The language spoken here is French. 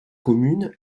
commune